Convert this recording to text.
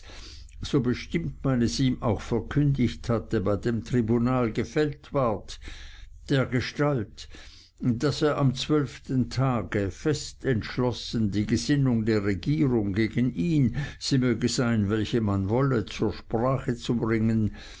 so bestimmt man es ihm auch verkündigt hatte bei dem tribunal gefällt ward dergestalt daß er am zwölften tage fest entschlossen die gesinnung der regierung gegen ihn sie möge sein welche man wolle zur sprache zu bringen